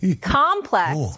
Complex